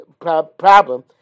problem